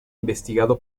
investigado